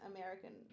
American